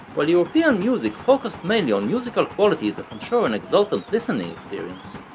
while european music focused mainly on musical qualities that ensure an exultant listening experience,